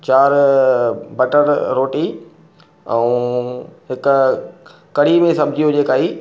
चारि बटर रोटी ऐं हिक कढ़ीअ में सब्ज़ी हुजे काई